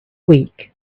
weak